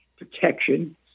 protection